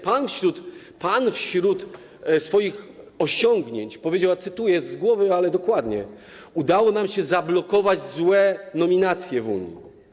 Pan wśród swoich osiągnięć powiedział, cytuję z głowy, ale dokładnie: udało nam się zablokować złe nominacje w Unii.